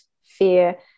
fear